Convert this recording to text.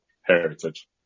Heritage